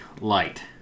light